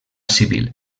civil